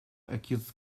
acute